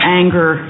anger